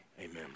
Amen